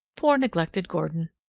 poor neglected gordon!